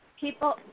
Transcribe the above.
People